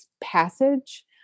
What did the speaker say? passage